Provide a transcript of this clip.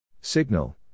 Signal